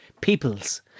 peoples